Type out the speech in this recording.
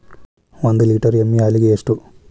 ಒಂದು ಲೇಟರ್ ಎಮ್ಮಿ ಹಾಲಿಗೆ ಎಷ್ಟು?